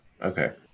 Okay